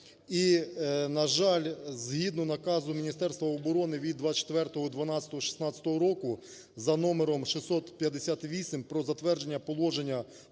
І, на жаль, згідно Наказу Міністерства оборони від 24.12.16 року за номером 658 "Про затвердження Положення